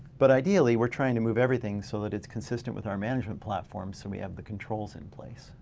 but ideally we're trying to move everything so that it's consistent with our management platform. so we have the controls in place.